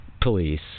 Police